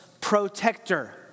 protector